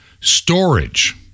Storage